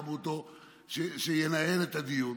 שמו אותו שינהל את הדיון,